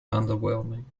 underwhelming